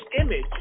image